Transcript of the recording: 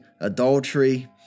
adultery